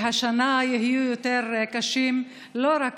והשנה הם יהיו יותר קשים לא רק